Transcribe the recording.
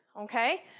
okay